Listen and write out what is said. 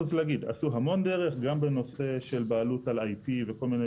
עשו המון דרך גם בנושא של בעלות על IP וכל מיני